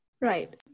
Right